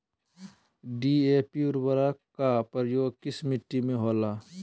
DAP उर्वरक का प्रयोग किस मिट्टी में होला?